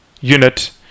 unit